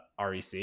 REC